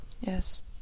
Yes